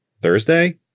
Thursday